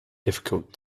difficult